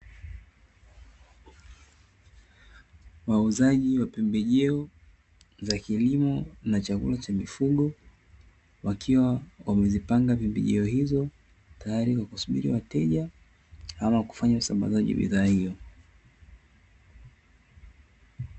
Wauzaji wa pembejeo za kilimo na chakula cha mifugo, wakiwa wamezipanga pembejeo hizo tayari kwa kusubiri wateja, ama kufanya usambazaji wa bidhaa hiyo.